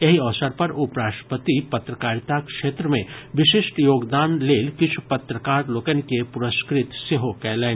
एहि अवसर पर उपराष्ट्रपति पत्रकारिताक क्षेत्र मे विशिष्ट योगदान लेल किछु पत्रकार लोकनि के पुरस्कृत सेहो कयलनि